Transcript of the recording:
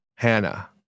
Hannah